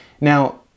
Now